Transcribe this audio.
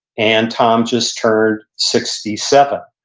and tom just turned sixty seven.